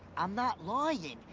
i'm not lyin'.